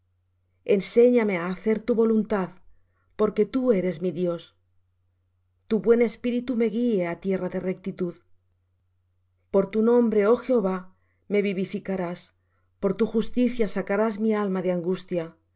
enséñame á hacer tu voluntad porque tú eres mi dios tu buen espíritu me guíe á tierra de rectitud por tu nombre oh jehová me vivificarás por tu justicia sacarás mi alma de angustia